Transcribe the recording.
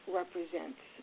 represents